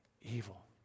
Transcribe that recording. evil